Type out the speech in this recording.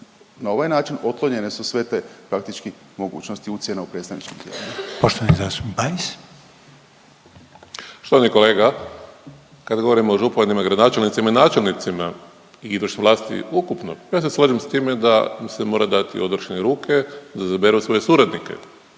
Na ovaj način otklonjene su sve te praktički mogućnosti ucjena u predstavničkom tijelu. **Reiner, Željko (HDZ)** Poštovani zastupnik Bajs. **Bajs, Damir (Fokus)** Štovani kolega, kada govorimo o županima, gradonačelnicima i načelnicima i izvršnoj vlasti ukupno, ja se slažem s time da im se mora dati odriješene ruke da izberu svoje suradnike,